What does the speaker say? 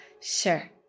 Sure